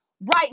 right